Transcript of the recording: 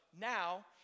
now